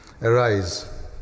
arise